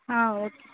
ஆ okay